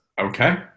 Okay